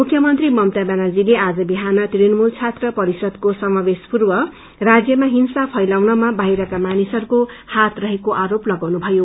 मुख्यमंत्री ममता व्यानर्जीले आज बिहान तृणमूल छात्र परिषदको सामावेश पूर्व राज्यमा हिंसा फैलाउनमा बाहिरका मानिसहरूको हाज रहेको आरोप लगाउनुषयो